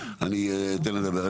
אני אתן לו לדבר.